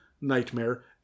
nightmare